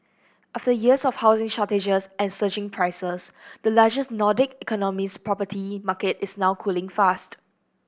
after years of housing shortages and surging prices the largest Nordic economy's property market is now cooling fast